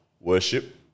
worship